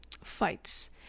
fights